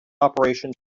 operations